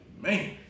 Man